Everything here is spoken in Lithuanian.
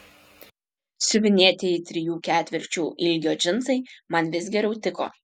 siuvinėtieji trijų ketvirčių ilgio džinsai man vis geriau tiko